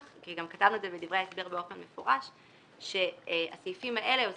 כי זה מה שהסולקים היום עושים.